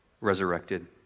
resurrected